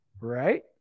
right